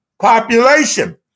population